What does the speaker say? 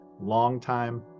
longtime